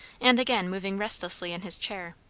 and again moving restlessly in his chair.